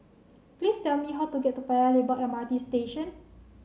please tell me how to get to Paya Lebar M R T Station